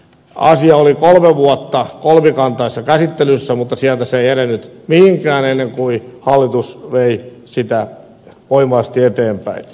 asia oli kolme vuotta kolmikantaisessa käsittelyssä mutta sieltä se ei edennyt mihinkään ennen kuin hallitus vei sitä voimallisesti eteenpäin